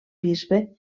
bisbe